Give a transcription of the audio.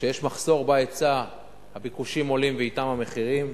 כשיש מחסור בהיצע הביקושים עולים, ואתם המחירים.